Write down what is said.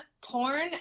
porn